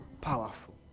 powerful